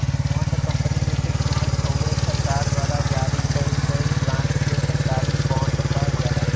bond company एक instrument हउवे सरकार द्वारा जारी कइल गयल बांड के सरकारी बॉन्ड कहल जाला